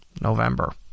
November